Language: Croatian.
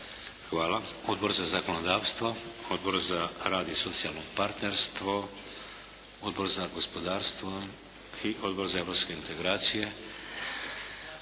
Hvala. Odbor za zakonodavstvo? Odbor za rad i socijalno partnerstvo? Odbor za gospodarstvo? I Odbor za europske integracije?